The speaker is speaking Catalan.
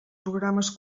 programes